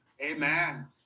Amen